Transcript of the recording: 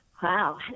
Wow